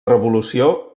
revolució